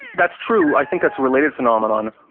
that's true, i think that's a related phenomenon.